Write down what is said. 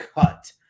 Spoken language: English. cut